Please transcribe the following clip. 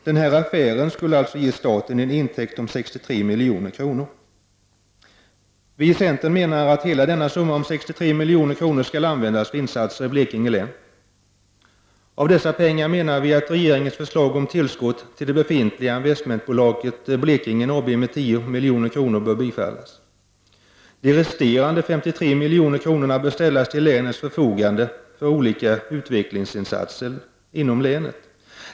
Denna affär skulle ge staten en intäkt på 63 milj.kr. Vi i centern menar att hela denna summa om 63 milj.kr. skall användas för insatser i Blekinge län. Vi menar att regeringens förslag om tillskott med 10 milj.kr. till det befintliga investmentbolaget Blekingen AB bör bifallas. Resterande 53 milj.kr. bör ställas till länets förfogande för olika utvecklingsinsatser inom länet.